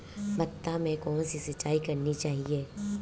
भाता में कौन सी सिंचाई करनी चाहिये?